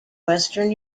western